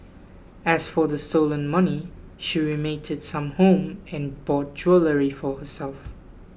as for the stolen money she remitted some home and bought jewellery for herself